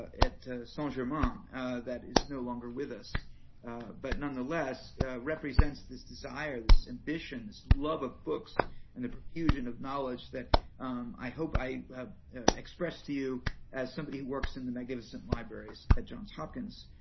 at st so german that is no longer with us but nonetheless represents this desire, this ambition, this love of books and the profusion of knowledge that i hope i express to you as somebody who works in the magnificent libraries at johns hopkins.